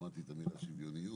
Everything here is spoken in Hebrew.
שמעתי את המילה שוויוניות.